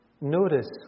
notice